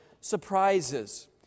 surprises